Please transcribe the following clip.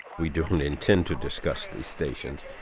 we do have intent to discuss these stations,